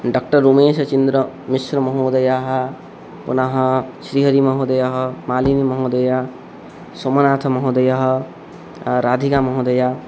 doctor रुमेशचिन्द्रः मिश्रमहोदयः पुनः श्रीहरिमहोदयः मालिनिमहोदया सोमनाथमहोदयः राधिकामहोदया